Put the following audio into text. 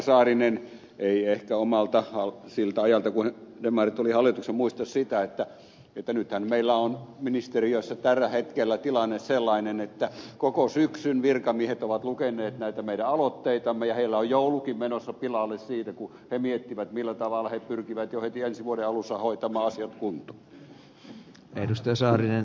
saarinen ei ehkä omalta ajalta siltä ajalta kun demarit olivat hallituksessa muista sitä että nythän meillä on ministeriössä tällä hetkellä tilanne sellainen että koko syksyn virkamiehet ovat lukeneet näitä meidän aloitteitamme ja heillä on joulukin menossa pilalle siitä kun he miettivät millä tavalla he pyrkivät jo heti ensi vuoden alussa hoitamaan asiat kuntoon